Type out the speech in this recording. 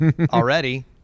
already